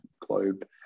globe